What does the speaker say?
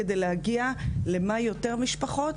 כדי להגיע ליותר משפחות